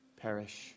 perish